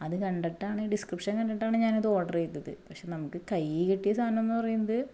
അത് കണ്ടിട്ടാണ് ഈ ഡിസ്ക്രിപ്ഷൻ കണ്ടിട്ടാണ് ഞാൻ അത് ഓർഡർ ചെയ്തത് പക്ഷേ നമുക്ക് കയ്യിൽ കിട്ടിയ സാധനം എന്നു പറയുന്നത്